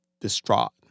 distraught